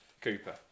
Cooper